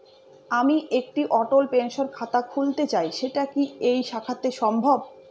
আমি একটি অটল পেনশন খাতা খুলতে চাই সেটা কি এই শাখাতে সম্ভব?